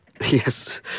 Yes